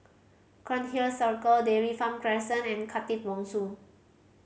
Cairnhill Circle Dairy Farm Crescent and Khatib Bongsu